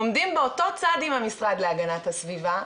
עומדים באותו צד עם המשרד להגנת הסביבה,